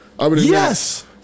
Yes